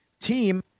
team